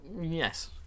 Yes